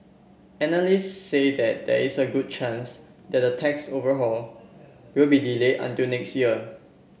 analysts say that there is a good chance that the tax overhaul will be delayed until next year